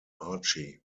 archie